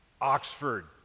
Oxford